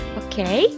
okay